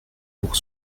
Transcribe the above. pour